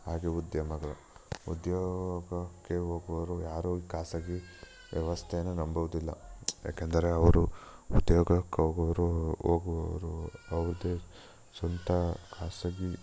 ಹಾಗೆ ಉದ್ಯಮಗಳು ಉದ್ಯೋಗಕ್ಕೆ ಹೋಗೋರು ಯಾರು ಈ ಖಾಸಗಿ ವ್ಯವಸ್ಥೆಯನ್ನ ನಂಬೋದಿಲ್ಲ ಯಾಕೆಂದರೆ ಅವರು ಉದ್ಯೋಗಕ್ಕೆ ಹೋಗೋರು ಹೋಗುವರು ಅವ್ರದ್ದೆ ಸ್ವಂತ ಖಾಸಗಿ